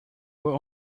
were